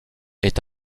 est